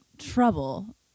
Trouble